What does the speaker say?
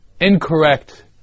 incorrect